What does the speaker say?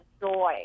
joy